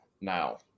now